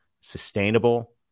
sustainable